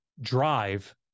drive